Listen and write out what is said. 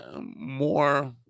more